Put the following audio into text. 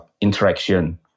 interaction